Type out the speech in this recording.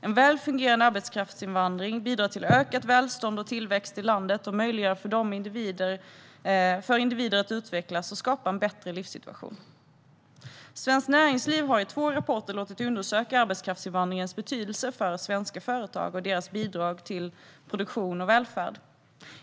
En väl fungerande arbetskraftsinvandring bidrar till ökat välstånd och tillväxt i landet och gör det möjligt för individer att utvecklas och skapa en bättre livssituation. Svenskt Näringsliv har i två rapporter låtit undersöka arbetskraftsinvandringens betydelse för svenska företag och deras bidrag till produktion och välfärd.